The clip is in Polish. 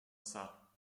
psa